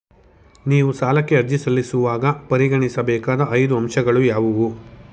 ನೀವು ಸಾಲಕ್ಕೆ ಅರ್ಜಿ ಸಲ್ಲಿಸುವಾಗ ಪರಿಗಣಿಸಬೇಕಾದ ಐದು ಅಂಶಗಳು ಯಾವುವು?